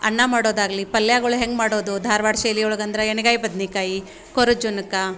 ಅನ್ನ ಮಾಡೋದಾಗಲಿ ಪಲ್ಯಗಳು ಹೆಂಗೆ ಮಾಡೋದು ಧಾರವಾಡ ಶೈಲಿ ಒಳಗೆ ಅಂದ್ರೆ ಎಣ್ಗಾಯಿ ಬದ್ನೆಕಾಯಿ ಕೊರ ಜುನಕ